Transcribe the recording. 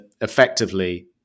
effectively